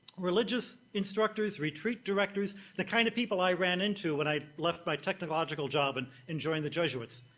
religious instructors, retreat directors, the kind of people i ran into when i left my technological job and enjoining the jesuits,